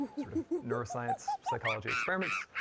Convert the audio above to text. sort of neuroscience, psychology experiments.